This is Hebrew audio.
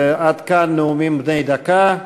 עד כאן נאומים בני דקה.